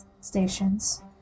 stations